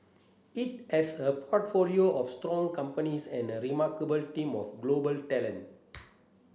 it has a portfolio of strong companies and a remarkable team of global talent